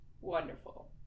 Wonderful